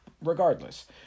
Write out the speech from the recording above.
Regardless